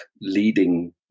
leading